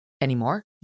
anymore